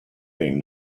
being